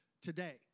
today